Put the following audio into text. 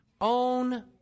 own